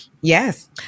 Yes